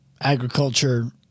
agriculture